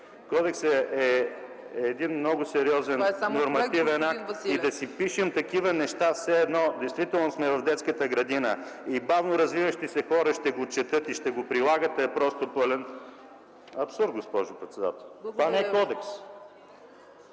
господин Василев. ЕМИЛ ВАСИЛЕВ: И да си пишем такива неща, все едно действително сме в детската градина и бавно развиващи се хора ще го четат и ще го прилагат, е просто пълен абсурд, госпожо председател. Това не е кодекс.